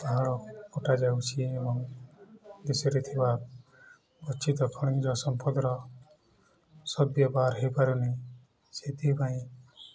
ପାହାଡ଼ କଟାଯାଉଛି ଏବଂ ବିଶ୍ୱରେ ଥିବା ଗଚ୍ଛିତ ଖଣିଜ ସମ୍ପଦର ସଦବ୍ୟବହାର ହେଇପାରୁନି ସେଥିପାଇଁ